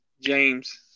James